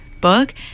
book